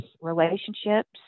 relationships